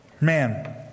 Man